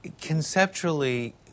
Conceptually